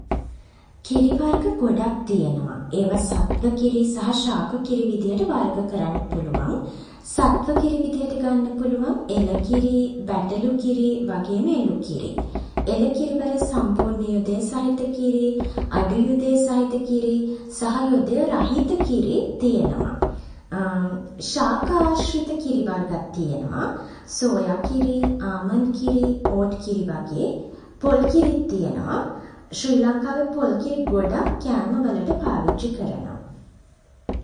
කිරි වර්ග ගොඩක් තියෙනවා. ඒවා සත්ව කිරි සහ ශාක කිරි විදියට වර්ග කරන්න පුළුවන්. සත්ව කිරි විදියට ගන්න පුළුවන් එළකිරි, බැටළු කිරි වගේම එළු කිරි. එළකිරිවල සම්පූර්ණ යොදය සහිත කිරි, අඩු යොදය සහිත කිරි සහ යොදය රහිත කිරි තියෙනවා. ශාක ආශ්‍රිත කිරි වර්ගත් තියෙනවා. සෝයා කිරි, ආමන්ඩ් කිරි, ඕට් කිරි වගේ. පොල් කිරිත් තියෙනවා. ශ්‍රී ලංකාවේ පොල් කිරි ගොඩක් කෑම වලට පාවිච්චි කරනවා.